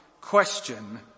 question